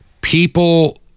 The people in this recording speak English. people